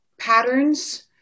patterns